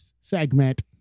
Segment